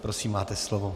Prosím, máte slovo.